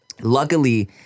Luckily